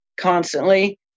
constantly